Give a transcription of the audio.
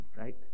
Right